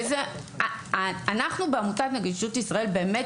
וזה אנחנו בעמותת נגישות ישראל באמת